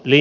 eli